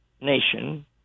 nation